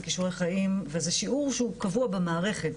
כישורי חיים וזה שיעור שהוא קבוע במערכת,